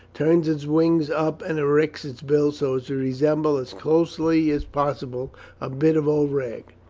turns its wings up, and erects its bill so as to resemble as closely as possible a bit of old rag.